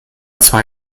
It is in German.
zwei